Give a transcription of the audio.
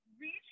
reach